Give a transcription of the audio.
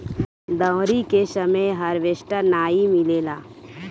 दँवरी के समय हार्वेस्टर नाइ मिलेला